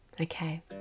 Okay